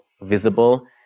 visible